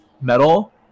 metal